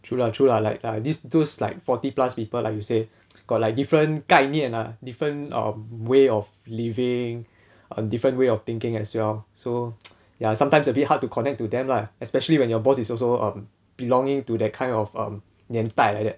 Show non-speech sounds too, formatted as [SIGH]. true lah true lah like this those like forty plus people like you say got like different 概念 ah different um way of living a different way of thinking as well so [NOISE] ya sometimes a bit hard to connect to them lah especially when your boss is also um belonging to that kind of um 年代 like that